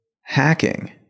Hacking